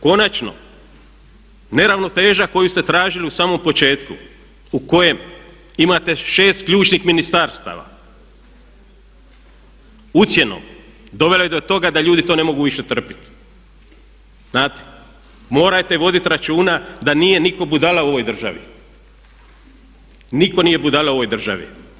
Konačno neravnoteža koju ste tražili u samom početku u kojem imate šest ključnih ministarstava ucjenom dovelo je do toga da ljudi to ne mogu više trpiti, znate morate vodit računa da nije nitko budala u ovoj državi, nitko nije budala u ovoj državi.